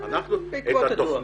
בעקבות הדוח.